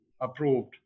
approved